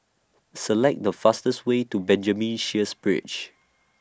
Select The fastest Way to Benjamin Sheares Bridge